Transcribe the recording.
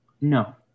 No